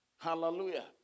Hallelujah